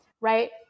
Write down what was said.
right